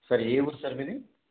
sir ఏ ఊరు sir మీది